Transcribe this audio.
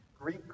Greek